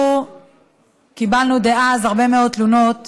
אנחנו קיבלנו דעות והרבה מאוד תלונות